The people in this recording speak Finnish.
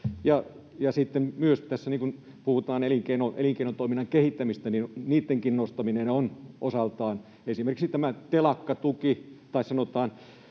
ja sitten myös kun tässä puhutaan elinkeinotoiminnan kehittämisestä, niin niittenkin nostaminen osaltaan. Esimerkiksi tämä telakkatuki tai sanotaan